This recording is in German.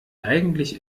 eigentlich